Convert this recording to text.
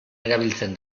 erabiltzen